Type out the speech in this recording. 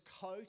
coat